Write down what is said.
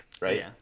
right